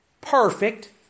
perfect